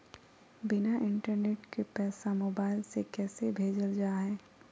बिना इंटरनेट के पैसा मोबाइल से कैसे भेजल जा है?